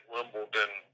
Wimbledon